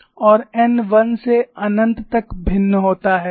और n 1 से अनंत तक भिन्न होता है